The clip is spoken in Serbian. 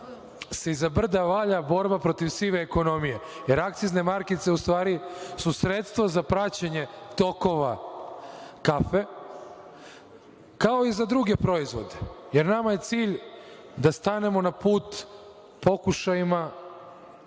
se iza brda valja borba protiv sive ekonomije, jer su akcizne markice u stvari sredstvo za praćenje tokova kafe, kao i za druge proizvode. Nama je cilj da stanemo na put pokušajima